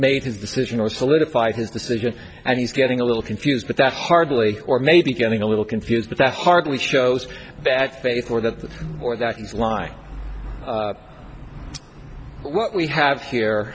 made his decision or solidified his decision and he's getting a little confused but that's hardly or maybe getting a little confused but that's hardly shows bad faith or the or that is why what we have here